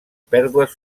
pèrdues